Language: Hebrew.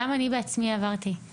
גם אני עברתי את זה.